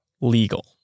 legal